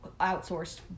outsourced